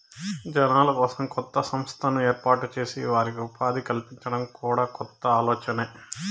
జనాల కోసం కొత్త సంస్థను ఏర్పాటు చేసి వారికి ఉపాధి కల్పించడం కూడా కొత్త ఆలోచనే